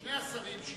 שני השרים שערערו,